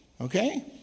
Okay